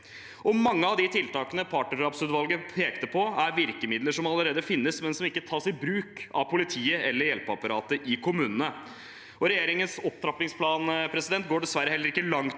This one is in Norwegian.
Mange av de tiltakene partnerdrapsutvalget pekte på, er virkemidler som allerede finnes, men som ikke tas i bruk av politiet eller hjelpeapparatet i kommunene. Regjeringens opptrappingsplan går dessverre heller ikke langt